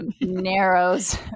narrows